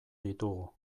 ditugu